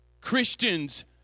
Christians